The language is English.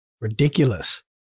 ridiculous